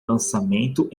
lançamento